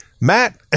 matt